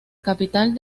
capital